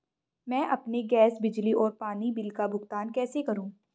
मैं अपने गैस, बिजली और पानी बिल का भुगतान कैसे करूँ?